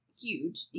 huge